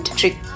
trick